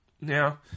Now